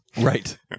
right